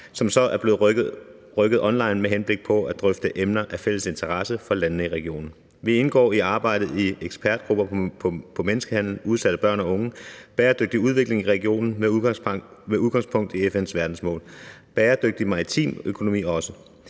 som så er blevet rykket til at være online, med henblik på at drøfte emner af fælles interesse for landene i regionen. Vi indgår i arbejdet i ekspertgrupper om menneskehandel, udsatte børn og unge, bæredygtig udvikling i regionen med udgangspunkt i FN's verdensmål, og det gælder også